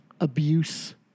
abuse